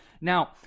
Now